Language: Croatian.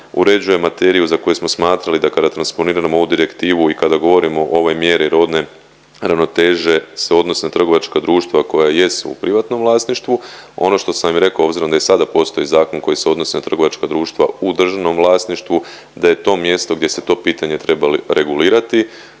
uređuje materiju za koju smo smatrali da kada transponiramo ovu direktivu i kada govorimo o ovoj mjeri rodne ravnoteže se odnosi na trgovačka društva koja jesu u privatnom vlasništvu. Ono što sam i rekao obzirom da i sada postoji zakon koji se odnosi na trgovačka društva u državnom vlasništvu da je to mjesto gdje se to pitanje trebalo regulirati,